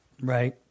Right